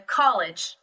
college